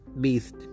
beast